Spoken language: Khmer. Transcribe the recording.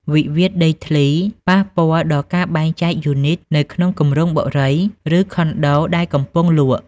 វិវាទដីធ្លីប៉ះពាល់ដល់ការបែងចែកយូនីត នៅក្នុងគម្រោងបុរី និងខុនដូដែលកំពុងលក់។